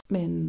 Men